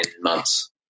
months